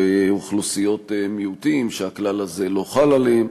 אוכלוסיות מיעוטים שהכלל הזה לא חל עליהן.